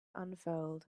unfurled